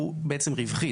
הוא בעצם רווחי.